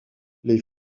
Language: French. les